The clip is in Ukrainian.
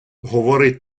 говорить